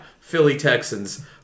Philly-Texans